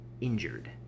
injured